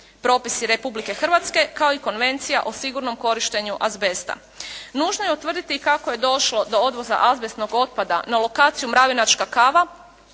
propisi Republike Hrvatske kao i Konvencija o sigurnom korištenju azbesta. Nužno je utvrditi i kako je došlo do odvoza azbestnog otpada na lokaciju Mravinačka kava